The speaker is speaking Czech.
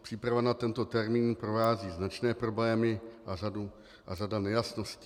Přípravu na tento termín provázejí značné problémy a řada nejasností.